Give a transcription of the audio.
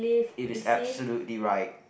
it is absolutely right